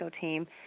team